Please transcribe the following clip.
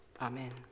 Amen